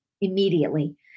immediately